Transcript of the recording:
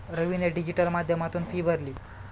रवीने डिजिटल माध्यमातून फी भरली